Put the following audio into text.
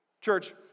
Church